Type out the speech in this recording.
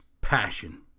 Passion